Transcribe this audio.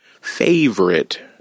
favorite